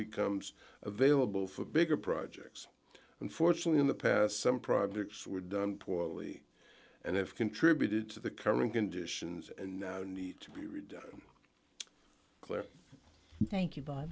becomes available for bigger projects unfortunately in the past some projects were done poorly and have contributed to the current conditions and now need to be redone claire thank you by